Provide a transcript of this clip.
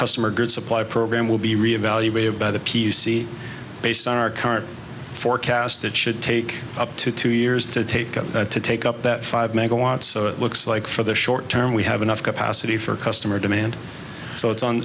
customer good supply program will be reevaluated by the p c based on our current forecast it should take up to two years to take up to take up that five megawatts so it looks like for the short term we have enough capacity for customer demand so it's on